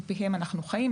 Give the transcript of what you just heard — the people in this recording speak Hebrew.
מפיהם אנחנו חיים.